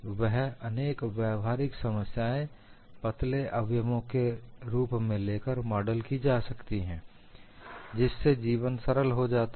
वह अनेक व्यावहारिक समस्याएं पतले अवयवों के रूप में लेकर मॉडल की जा सकती है जिससे जीवन सरल हो जाता है